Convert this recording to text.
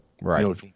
Right